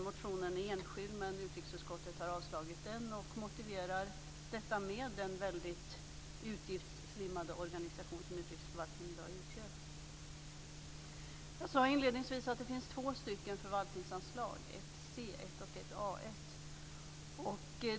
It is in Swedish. Motionen är enskild, men utrikesutskottet har avslagit den och motiverar detta med den väldigt utgiftsslimmade organisation som utrikesförvaltningen i dag utgör. Jag sade inledningsvis att det finns två förvaltningsanslag, C1 och A1.